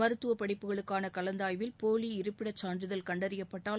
மருத்துவப் படிப்புகளுக்கான கலந்தாய்வில் போலி இருப்பிடச் சான்றிதழ் கண்டறியப்பட்டால்